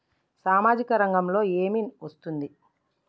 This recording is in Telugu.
సామాజిక రంగంలో ఏమి వస్తుంది?